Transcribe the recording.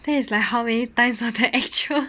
that is like how many times of the actual